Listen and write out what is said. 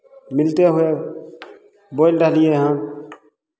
मिलते हुए बोलि रहलियै हन